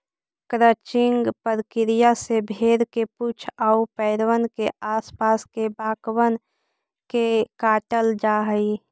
crutching प्रक्रिया से भेंड़ के पूछ आउ पैरबन के आस पास के बाकबन के काटल जा हई